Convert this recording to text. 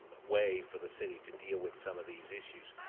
way for the city to deal with some of these issues.